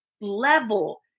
level